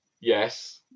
yes